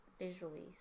Visually